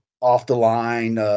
off-the-line